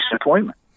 appointment